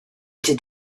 did